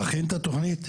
תכין את התוכנית,